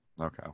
Okay